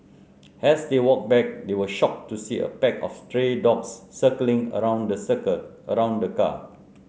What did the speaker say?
as they walked back they were shocked to see a pack of stray dogs circling around the circle around the car